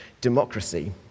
democracy